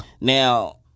now—